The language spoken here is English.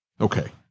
Okay